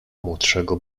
młodszego